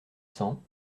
cents